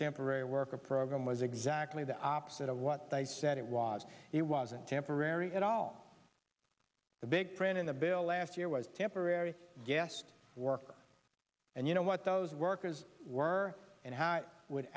temporary worker program was exactly the opposite of what they said it was it wasn't temporary at all the big print in the bill last year was temporary guest worker and you know what those workers were and how would